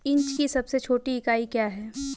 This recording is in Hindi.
इंच की सबसे छोटी इकाई क्या है?